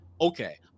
Okay